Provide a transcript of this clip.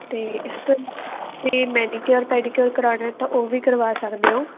ਅਤੇ ਇਸ ਅਤੇ ਮੈਡੀਕੇਯੁਰ ਪੈਡੀਕੇਯੁਰ ਕਰਵਾਉਣਾ ਤਾਂ ਉਹ ਵੀ ਕਰਵਾ ਸਕਦੇ ਹੋ